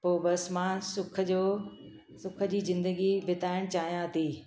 पोइ बसि मां सुख जो सुख जी ज़िंदगी बिताइणु चाहियां थी